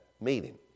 meeting